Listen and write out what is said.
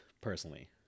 personally